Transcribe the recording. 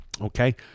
Okay